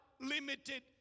limited